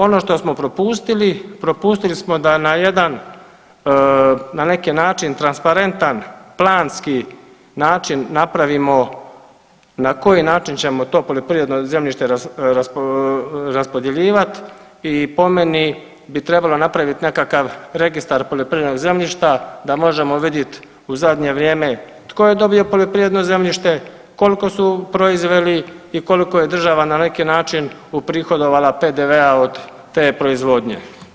Ono što smo propustili, propustili smo da na jedan na neki način transparentan planski način napravimo na koji način ćemo to poljoprivredno zemljište raspodjeljivat i po meni bi trebalo napraviti nekakav registar poljoprivrednog zemljišta da možemo vidjet u zadnje vrijeme tko je dobio poljoprivredno zemljište, koliko su proizveli i koliko je država na neki način uprihodovala PDV-a od te proizvodnje.